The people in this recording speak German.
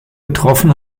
betroffen